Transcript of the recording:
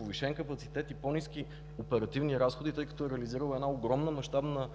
повишен капацитет и по-ниски оперативни разходи, тъй като е реализирала една огромна мащабна